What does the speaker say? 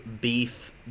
Beef